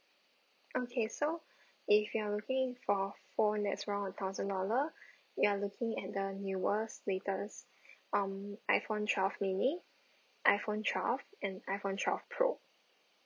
okay so if you're looking for four netts round of thousand dollar you are looking at the newest latest um iPhone twelve mini iPhone twelve and iPhone twelve pro